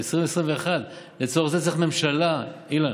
זה 2021. לצורך זה צריך ממשלה, אילן.